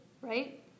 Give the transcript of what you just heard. right